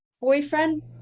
boyfriend